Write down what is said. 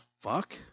fuck